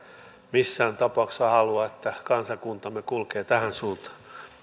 missään tapauksessa halua että kansakuntamme kulkee tähän suuntaan